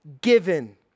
given